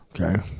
okay